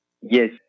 Yes